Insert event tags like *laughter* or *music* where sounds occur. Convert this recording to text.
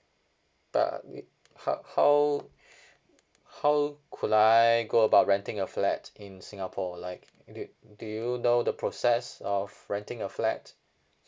but wait how how *breath* how could I go about renting a flat in singapore like do you do you know the process of renting a flat